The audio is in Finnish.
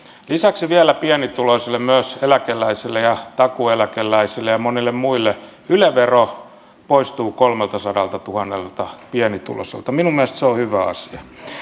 lisäksi vielä pienituloisille myös eläkeläisille ja takuueläkeläisille ja monille muille yle vero poistuu kolmeltasadaltatuhannelta pienituloiselta minun mielestäni se on hyvä asia